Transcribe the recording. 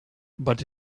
but